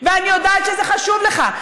ואני יודעת שזה חשוב לך,